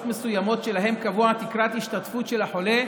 מסוימות שלהם קבועה תקרת השתתפות של החולה,